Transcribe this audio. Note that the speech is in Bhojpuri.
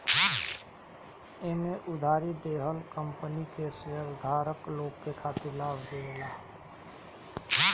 एमे उधारी देहल कंपनी के शेयरधारक लोग के खातिर लाभ देवेला